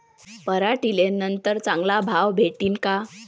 पराटीले नंतर चांगला भाव भेटीन का?